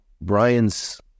Brian's